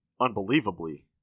unbelievably